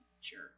Sure